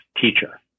teacher